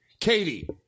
Katie